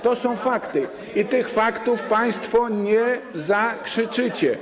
To są fakty i tych faktów państwo nie zakrzyczycie.